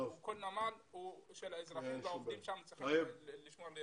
כל נמל הוא של האזרחים והעובדים צריכים לשמור על